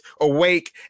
awake